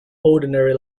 ordinary